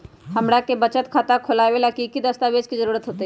हमरा के बचत खाता खोलबाबे ला की की दस्तावेज के जरूरत होतई?